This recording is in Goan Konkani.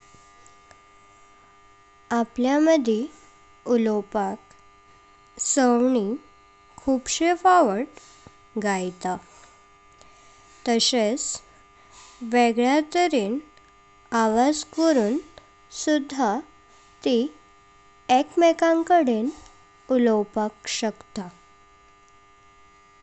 आपल्या माडी उलवपाक सावनी खुबशे फावत गायता तस्हेच वेगळ्या तरेन आवाज करून सुद्धा ती एक मेकांकडे उलवपाक शकता।